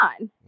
on